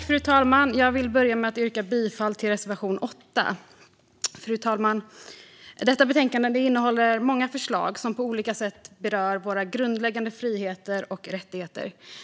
Fru talman! Jag vill börja med att yrka bifall till reservation 8. Detta betänkande innehåller många förslag som på olika sätt berör våra grundläggande friheter och rättigheter.